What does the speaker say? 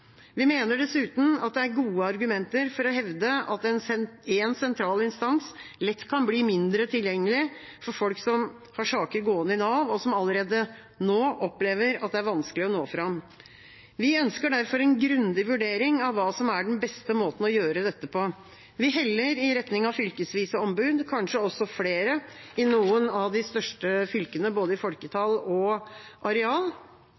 Vi mener dessuten at det er gode argumenter for å hevde at én sentral instans lett kan bli mindre tilgjengelig for folk som har saker gående i Nav, og som allerede nå opplever at det er vanskelig å nå fram. Vi ønsker derfor en grundig vurdering av hva som er den beste måten å gjøre dette på. Vi heller i retning av fylkesvise ombud, kanskje også flere i noen av de største fylkene, både i folketall og i areal.